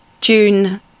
June